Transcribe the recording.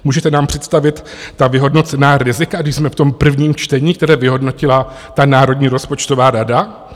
Můžete nám představit ta vyhodnocená rizika, když jsme v tom prvním čtení, které vyhodnotila Národní rozpočtová rada?